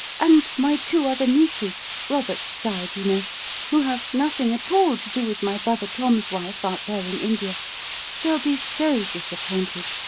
and my two other nieces robert's side, you know who have nothing at all to do with my brother tom's wife, out there in india they'll be so disappointed.